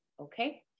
Okay